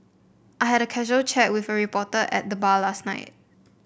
I had a casual chat with a reporter at the bar last night